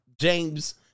James